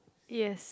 yes